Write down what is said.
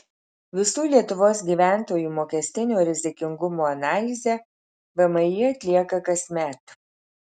visų lietuvos gyventojų mokestinio rizikingumo analizę vmi atlieka kasmet